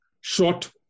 short